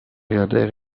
adhère